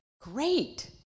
great